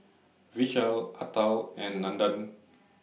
Vishal Atal and Nandan